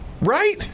Right